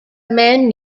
man